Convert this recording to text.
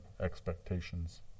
expectations